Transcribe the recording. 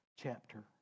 chapter